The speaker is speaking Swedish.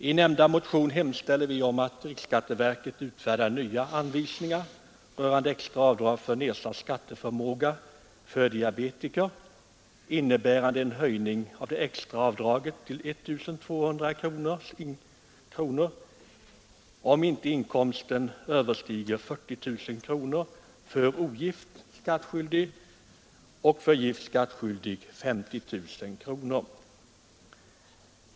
I nämnda motion hemställer vi att riksskatteverket utfärdar nya anvisningar rörande extra avdrag för nedsatt skatteförmåga för diabetiker, innebärande en höjning av det extra avdraget till 1 200 kronor, om inte inkomsten överstiger 40 000 kronor för ogift skattskyldig och 50000 kronor för gift skattskyldig.